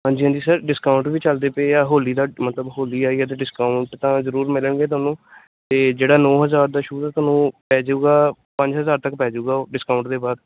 ਹਾਂਜੀ ਹਾਂਜੀ sir discount ਵੀ ਚਲਦੇ ਪਏ ਆ ਹੋਲੀ ਦਾ ਮਤਲਬ ਹੋਲੀ ਆਈ ਹੈ ਤਾਂ ਡਿਸਕਾਊਟ ਤਾਂ ਜ਼ਰੂਰ ਮਿਲਣਗੇ ਤੁਹਾਨੂੰ ਅਤੇ ਜਿਹੜਾ ਨੌ ਹਜ਼ਾਰ ਦਾ ਸ਼ੂਜ਼ ਆ ਤੁਹਾਨੂੰ ਪੈ ਜਾਊਗਾ ਪੰਜ ਹਜ਼ਾਰ ਤੱਕ ਪੈ ਜਾਊਗਾ ਉਹ ਡਿਸਕਾਊਟ ਦੇ ਬਾਅਦ